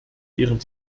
während